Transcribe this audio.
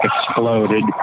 exploded